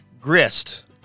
Grist